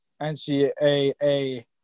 NCAA